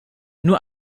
nur